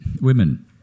women